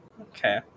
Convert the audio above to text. okay